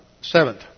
Seventh